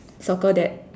circle that